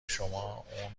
شما، اون